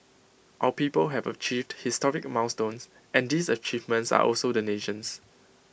our people have achieved historic milestones and these achievements are also the nation's